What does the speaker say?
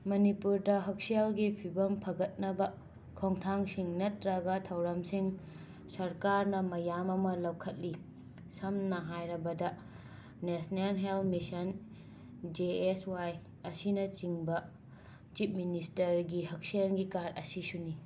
ꯃꯅꯤꯄꯨꯔꯗ ꯍꯛꯁꯦꯜꯒꯤ ꯐꯤꯕꯝ ꯐꯈꯠꯅꯕ ꯈꯣꯡꯊꯥꯡꯁꯤꯡ ꯅꯠꯇ꯭ꯔꯒ ꯊꯧꯔꯝꯁꯤꯡ ꯁꯔꯀꯥꯔꯅ ꯃꯌꯥꯝ ꯑꯃ ꯂꯧꯈꯠꯂꯤ ꯁꯝꯅ ꯍꯥꯏꯔꯕꯗ national health mission J S Y ꯑꯁꯤꯅꯆꯤꯡꯕ ꯆꯤꯞ ꯃꯤꯅꯤꯁꯇꯔꯒꯤ ꯍꯛꯁꯦꯟꯒꯤ ꯀꯥꯔꯠ ꯑꯁꯤꯁꯨꯅꯤ